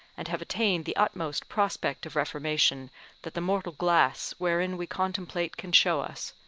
and have attained the utmost prospect of reformation that the mortal glass wherein we contemplate can show us,